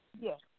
Yes